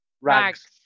rags